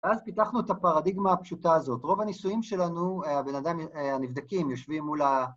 אז פיתחנו את הפרדיגמה הפשוטה הזאת. רוב הניסויים שלנו, הבן אדם הנבדקים יושבים מול ה...